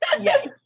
Yes